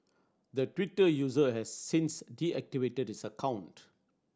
the Twitter user has since deactivated his account